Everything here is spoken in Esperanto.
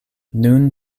nun